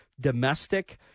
domestic